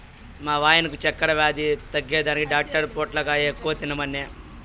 మా వాయినకు చక్కెర వ్యాధి తగ్గేదానికి డాక్టర్ పొట్లకాయ ఎక్కువ తినమనె